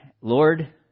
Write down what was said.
Lord